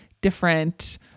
different